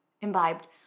imbibed